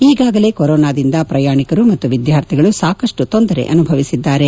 ಈಗಾಗಲೇ ಕೊರೊನಾದಿಂದ ಶ್ರಯಾಣಿಕರು ಮತ್ತು ವಿದ್ಯಾರ್ಥಿಗಳು ಸಾಕಷ್ಟು ತೊಂದರೆ ಅನುಭವಿಬಿದ್ದಾರೆ